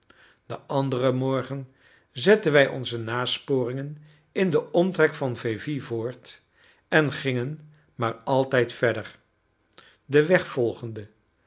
den anderen morgen zetten wij onze naporingen in den omtrek van vevey voort en gingen maar altijd verder den weg volgende